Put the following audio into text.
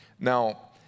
Now